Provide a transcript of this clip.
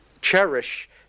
cherish